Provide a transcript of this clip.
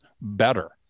better